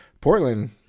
Portland